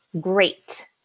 Great